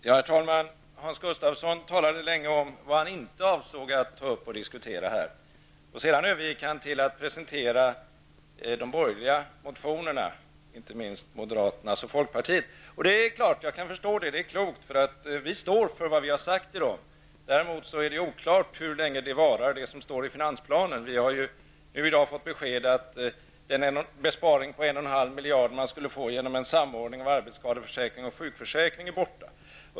Herr talman! Hans Gustafsson talade länge om det han inte avsåg att ta upp till diskussion här. Sedan övergick han till att presentera de borgerliga motionerna, inte minst moderaternas och folkpartiets. Jag kan förstå det, och det var klokt, eftersom vi står för vad vi har sagt i dem. Däremot är det oklart hur länge det som står i finansplanen varar. Vi har ju i dag fått besked om att den besparing på 1,5 miljarder som man skulle få genom en samordning av arbetsskadeförsäkringen och sjukförsäkringen är borta.